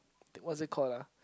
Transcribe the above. what is it called lah